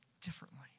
differently